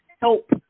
help